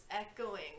echoing